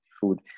food